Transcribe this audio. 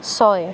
ছয়